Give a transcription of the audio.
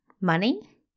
Money